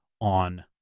on